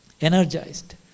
energized